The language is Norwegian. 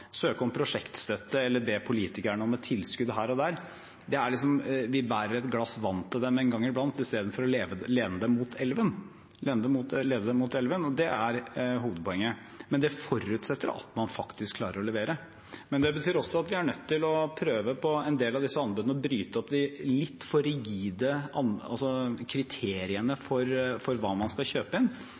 søke om prosjektstøtte eller be politikerne om et tilskudd her og der. Vi bærer et glass vann til dem en gang iblant i stedet for å lede dem mot elven. Det er hovedpoenget, men det forutsetter at man faktisk klarer å levere. Det betyr også at vi i en del av disse anbudene er nødt til å prøve å bryte opp de litt for rigide kriteriene for hva man skal kjøpe inn.